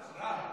הרב.